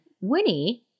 Winnie